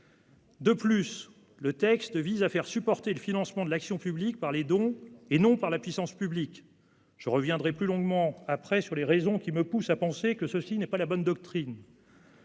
Ensuite, le texte vise à faire supporter le financement de l'action publique par les dons, et non par la puissance publique. Je reviendrai plus longuement par la suite sur les raisons qui me poussent à penser que cela n'est pas la bonne doctrine.